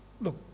look